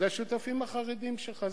זה השותפים החרדים שלך.